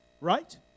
right